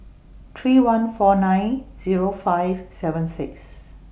three one four nine Zero five seven six